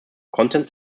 content